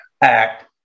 act